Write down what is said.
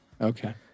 Okay